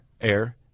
air